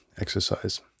Exercise